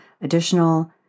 additional